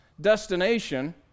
destination